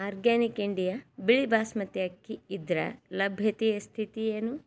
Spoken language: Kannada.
ಆರ್ಗ್ಯಾನಿಕ್ ಇಂಡಿಯಾ ಬಿಳಿ ಬಾಸ್ಮತಿ ಅಕ್ಕಿ ಇದರ ಲಭ್ಯತೆಯ ಸ್ಥಿತಿ ಏನು